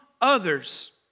others